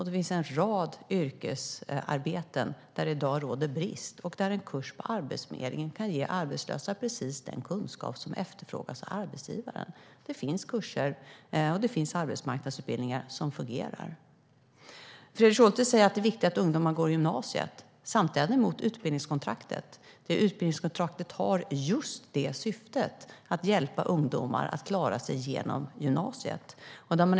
Det finns en rad yrkesarbeten där det i dag råder brist och där en kurs på Arbetsförmedlingen kan ge arbetslösa precis den kunskap som efterfrågas av arbetsgivaren. Det finns kurser och arbetsmarknadsutbildningar som fungerar. Fredrik Schulte säger att det är viktigt att ungdomar går i gymnasiet. Samtidigt är han emot utbildningskontrakt, trots att utbildningskontraktet har just det syftet - att hjälpa ungdomar att klara sig igenom gymnasiet.